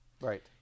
Right